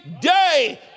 day